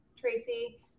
tracy